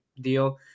deal